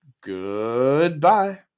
Goodbye